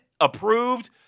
approved